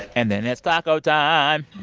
and then it's taco time